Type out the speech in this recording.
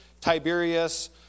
Tiberius